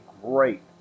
great